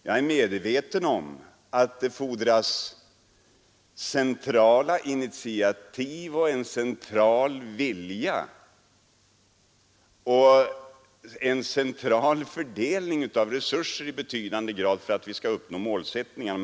Jag är medveten om att det fordras centrala initiativ, en central vilja och en central fördelning av resurser i betydande grad för att vi skall uppnå den målsättningen.